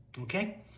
okay